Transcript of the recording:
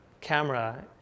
camera